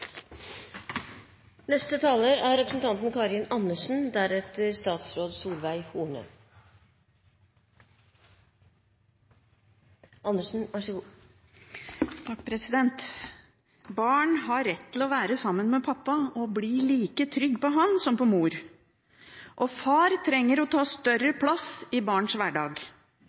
Barn har rett til å være sammen med pappa og bli like trygg på ham som på mor. Far trenger å ta større plass i barns hverdag.